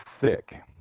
thick